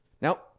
Now